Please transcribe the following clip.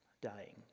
dying